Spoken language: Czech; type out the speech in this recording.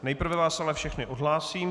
Nejprve vás ale všechny odhlásím.